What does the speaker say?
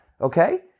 okay